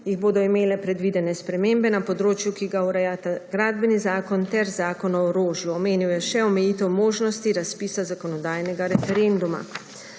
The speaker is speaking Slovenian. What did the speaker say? jih bodo imele predvidene spremembe na področju, ki ga urejata gradbeni zakon ter zakon o orožju. Omenil je še omejitev možnosti razpisa zakonodajnega referenduma.